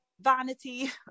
vanity